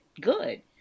good